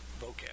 vocab